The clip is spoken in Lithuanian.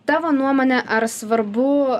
tavo nuomone ar svarbu